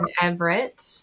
Everett